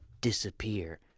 disappear